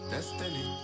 Destiny